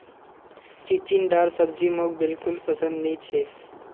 चिचिण्डार सब्जी मोक बिल्कुल पसंद नी छ